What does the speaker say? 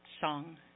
song